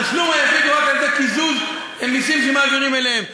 התשלום היחיד הוא רק על-ידי קיזוז המסים שמעבירים אליהם.